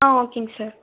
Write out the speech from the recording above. ஆ ஓகேங்க சார்